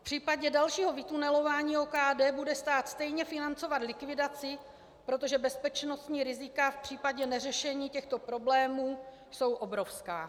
V případě dalšího vytunelování OKD bude stát stejně financovat likvidaci, protože bezpečnostní rizika v případě neřešení těchto problémů jsou obrovská.